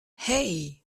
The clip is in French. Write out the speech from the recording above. hey